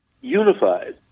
unified